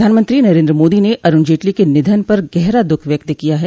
प्रधानमंत्री नरेन्द्र मोदी ने अरुण जेटली के निधन पर गहरा द्ःख व्यक्त किया है